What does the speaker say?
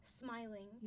smiling